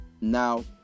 Now